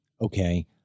okay